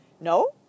No